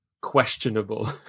questionable